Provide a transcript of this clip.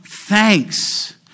thanks